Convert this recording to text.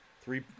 Three